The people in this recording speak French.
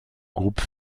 groupe